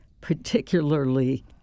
particularly